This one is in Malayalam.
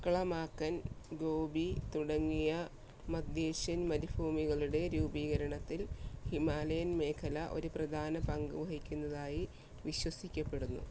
തക്ലമാക്കൻ ഗോബീ തുടങ്ങിയ മധ്യ ഏഷ്യൻ മരുഭൂമികളുടെ രൂപീകരണത്തിൽ ഹിമാലയൻ മേഘല ഒരു പ്രധാന പങ്കു വഹിക്കുന്നതായി വിശ്വസിക്കപ്പെടുന്നു